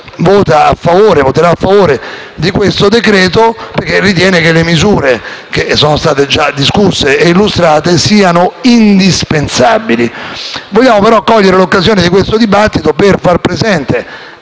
voterà a favore della conversione di questo decreto-legge perché ritiene che le misure già discusse e illustrate siano indispensabili. Vogliamo però cogliere l'occasione di questo dibattito per far presente